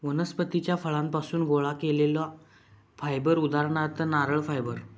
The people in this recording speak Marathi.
वनस्पतीच्या फळांपासुन गोळा केलेला फायबर उदाहरणार्थ नारळ फायबर